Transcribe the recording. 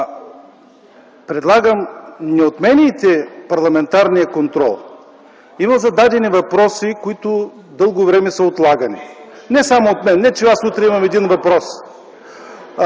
Предлагам да не отменяте парламентарния контрол. Има зададени въпроси, които дълго време са отлагани, не само от мен, не че аз утре имам един въпрос.